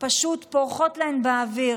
פשוט פורחות להן באוויר.